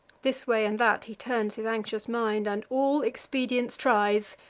this way and that he turns his anxious mind, and all expedients tries,